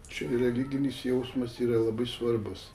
čia ir religinis jausmas yra labai svarbūs